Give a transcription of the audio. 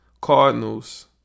Cardinals